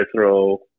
throw